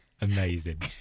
amazing